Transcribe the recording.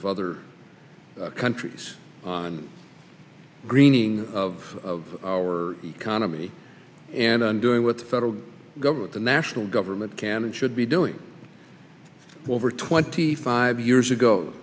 curve other countries on greening of our economy and on doing what the federal government the national government can and should be doing over twenty five years ago